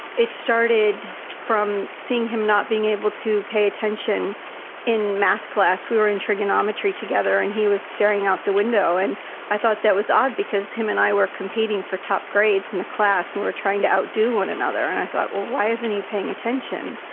it started from seeing him not being able to pay attention in math class, we were in trigonometry together and he was staring out the window and i thought that was odd, because him and i were competing for top grades in the class and we were trying to outdo one another. and i thought, well, why isn't he paying attention.